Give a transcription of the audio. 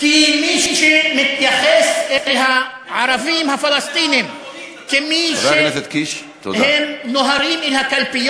כי מי שמתייחס אל הערבים הפלסטינים כמי, מכונית.